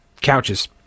couches